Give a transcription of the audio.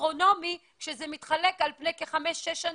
אסטרונומי כשזה מתחלק לחמש או שש שנים?